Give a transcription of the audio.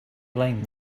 blame